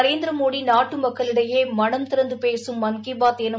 நரேந்திர மோடி நாட்டு மக்களிடையே மனம் திறந்து பேசும் மன் கீ பாத் எனும்